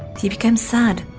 he became sad,